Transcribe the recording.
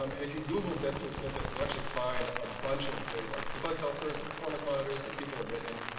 um and if you google dev tool snippets, you'll actually find a bunch of great like debug helpers and performance monitors that people have written.